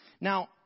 Now